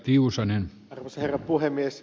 arvoisa herra puhemies